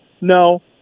No